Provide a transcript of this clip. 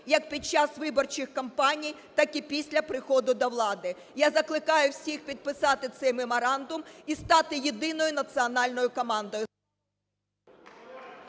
як під час виборчих кампаній, так і після приходу до влади." Я закликаю всіх підписати цей меморандум і стати єдиною національною командою.